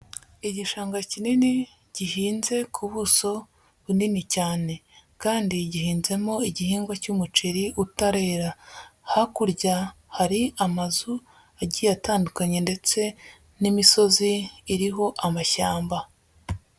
Igishanga kinini gihinze ku buso bunini cyane kandi gihinzemo igihingwa cy'umuceri utarera, hakurya hari amazu agiye atandukanye ndetse n'imisozi iriho amashyamba.